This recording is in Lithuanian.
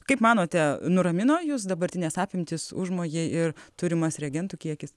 kaip manote nuramino jus dabartinės apimtys užmojai ir turimas reagentų kiekis